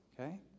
Okay